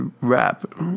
rap